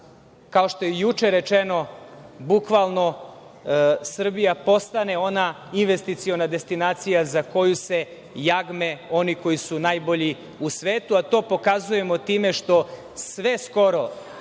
kao što je i juče rečeno, bukvalno Srbija postane ona investiciona destinacija za koju se jagme oni koji su najbolji u svetu. To pokazujemo time što sve skoro